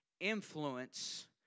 influence